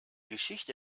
geschichte